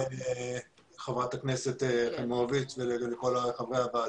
חברת הכנסת חיימוביץ' ולכל חברי הוועדה.